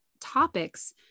topics